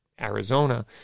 Arizona